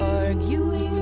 arguing